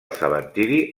cementiri